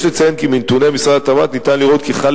יש לציין כי מנתוני משרד התמ"ת ניתן לראות כי חלה